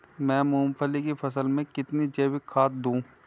मैं मूंगफली की फसल में कितनी जैविक खाद दूं?